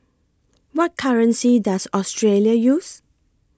What currency Does Australia use